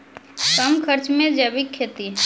कम खर्च मे जैविक खेती?